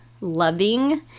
loving